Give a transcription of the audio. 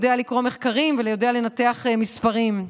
יודע לקרוא מחקרים ויודע לנתח מספרים.